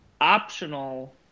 optional